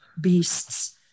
beasts